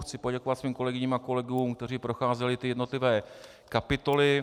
Chci poděkovat svým kolegyním a kolegům, kteří procházeli jednotlivé kapitoly.